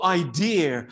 idea